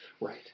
Right